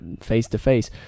face-to-face